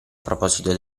proposito